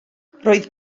roedd